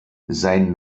sein